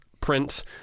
print